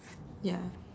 ya